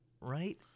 right